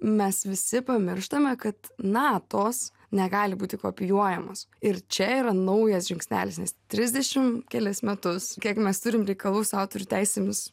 mes visi pamirštame kad natos negali būti kopijuojamos ir čia yra naujas žingsnelis nes trisdešimt kelis metus kiek mes turim reikalų su autorių teisėmis